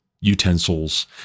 utensils